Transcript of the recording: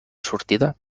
sortida